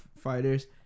fighters